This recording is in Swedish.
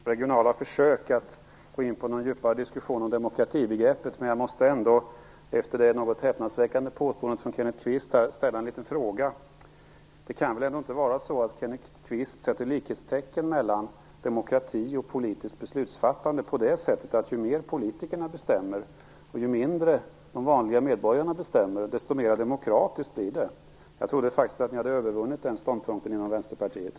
Fru talman! Jag tror att det faller litet utanför ramen för diskussionen om regionala försök att gå in på någon djupare diskussion om demokratibegreppet, men jag måste ändå, efter det något häpnadsväckande påståendet från Kenneth Kvist, ställa en liten fråga. Det kan väl ändå inte vara så att Kenneth Kvist sätter likhetstecken mellan demokrati och politiskt beslutsfattande på det sättet att ju mer politikerna bestämmer och ju mindre de vanliga medborgarna bestämmer, desto mer demokratiskt blir det? Jag trodde faktiskt att ni hade övervunnit den ståndpunkten inom Vänsterpartiet.